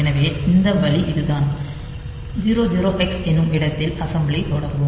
எனவே இந்த வழி இதுதான் 00 ஹெக்ஸ் என்னும் இடத்தில் அசெம்பிளி தொடங்கும்